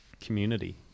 community